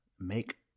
make